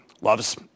Loves